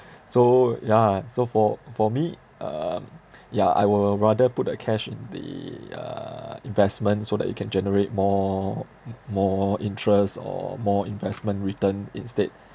so yeah so for for me um yeah I will rather put the cash in the uh investment so that it can generate more more interest or more investment return instead